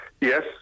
Yes